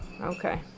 Okay